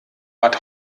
bad